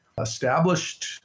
established